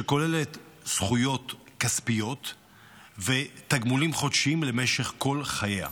שכוללת זכויות כספיות ותגמולים חודשיים למשך כל חייה.